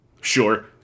Sure